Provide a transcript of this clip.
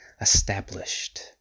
established